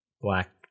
Black